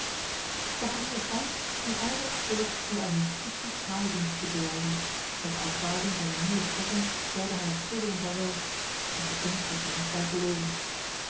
zacharias heynsz ging ijverig voort met aan de justitie trouwe diensten te bewijzen met de aanvaarding zijner nieuwe betrekking zeide hij het schilderen vaarwel en de kunst heeft er niet bij verloren